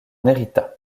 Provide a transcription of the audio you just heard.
hérita